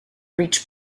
breech